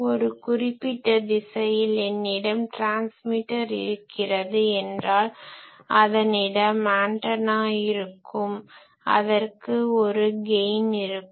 ஒரு குறிப்பிட்ட திசையில் என்னிடம் ட்ரான்ஸ்மிட்டர் இருக்கிறது என்றால் அதனிடம் ஆன்டனா இருக்கும் அதற்கு ஒரு கெய்ன் இருக்கும்